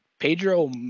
Pedro